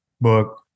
book